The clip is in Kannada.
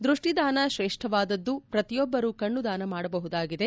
ದೃಷ್ಠಿದಾನ ತ್ರೇಷ್ಠವಾದದ್ದು ಪ್ರತಿಯೊಬ್ಬರು ಕಣ್ಣು ದಾನಮಾಡಬಹುದಾಗಿದೆ